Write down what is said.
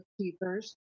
keepers